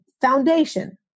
foundation